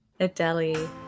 Adeli